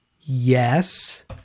yes